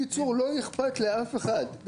הם באים, אף אחד לא מסביר להם.